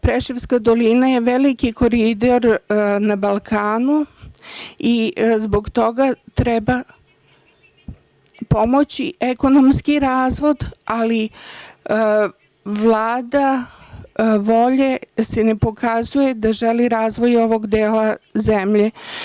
Preševska dolina je veliki koridor na Balkanu i zbog toga treba pomoći ekonomski razvoj, ali Vlada ne pokazuje da želi razvoj ovog dela zemlje.